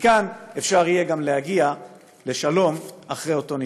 ומכאן אפשר יהיה גם להגיע לשלום אחרי אותו ניצחון.